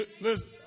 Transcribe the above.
Listen